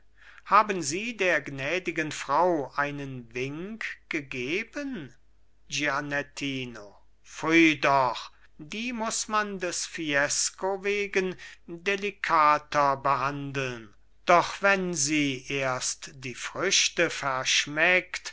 haben sie der gnädigen frau einen wink gegeben gianettino pfui doch die muß man des fiesco wegen delikater behandeln doch wenn sie erst die früchte verschmeckt